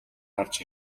харж